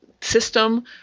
system